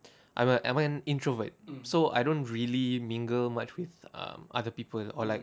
I'm a I'm an introvert so I don't really mingle much with um other people or like